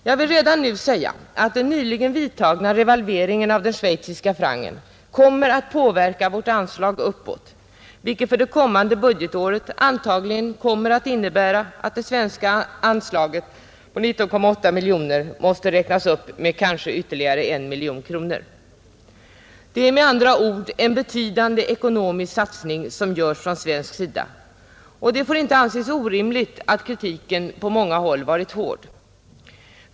Jag vill redan nu säga att den nyligen vidtagna revalveringen av den schweiziska francen kommer att påverka vårt anslag uppåt, vilket för det kommande budgetåret antagligen kommer att innebära att det svenska anslaget på 19,8 miljoner måste räknas upp med kanske ytterligare en miljon. Det är med andra ord en betydande ekonomisk satsning som görs från svensk sida, och det får inte anses orimligt att kritiken på många håll varit hård.